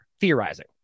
theorizing